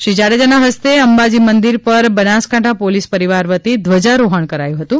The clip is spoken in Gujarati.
શ્રી જાડેજાના હસ્તે અંબાજી મંદિર પર બનાસકાંઠા પોલિસ પરિવાર વતી ધ્વજા રોહણ કરાયું હતું